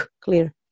clear